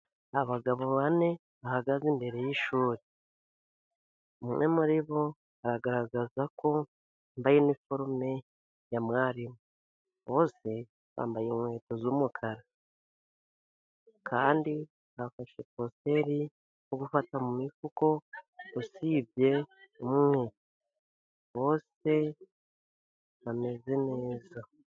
Abagabo bane bahagaze imbere y' ishuri, umwe muri bo aragaragaza ko yambaye iniforume ya mwarimu, bose bambaye inkweto z' umukara, kandi bafashe positeri yo gufata mu mifuka usibye umwe, bose bameze neza.